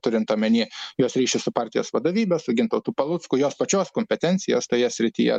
turint omeny jos ryšius su partijos vadovybe su gintautu palucku jos pačios kompetencijas toje srityje